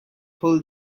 pull